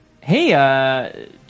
Hey